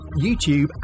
YouTube